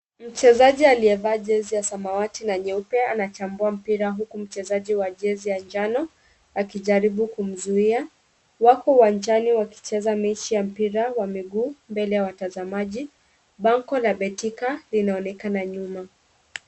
Mchezaji aliye vaa jezi ya samawati na nyeupe ana chambua mpira huku mchezaji wajezi ya njano akijaribu kumzuia wako uwanjani wakicheza mechi ya mpira wamigu mbele ya watazamaji, bango la betika lina onekana nyuma.